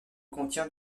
contient